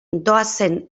doazen